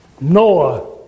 Noah